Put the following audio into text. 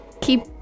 Keep